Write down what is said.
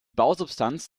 bausubstanz